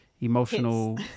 emotional